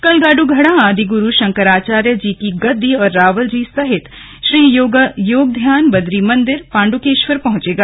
कल गाडू घडा आदिगुरू शंकराचार्य जी की गद्दी और रावल जी सहित श्री योगध्यान बदरी मंदिर पांडुकेश्वर पहुंचेगा